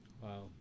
Wow